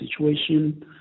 situation